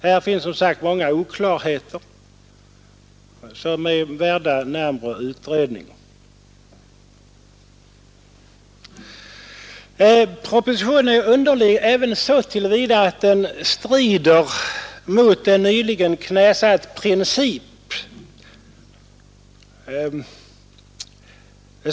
Här finns som sagt många oklarheter som är värda närmare utredning. Propositionen är underlig även så till vida att den strider mot en nyligen knäsatt princip.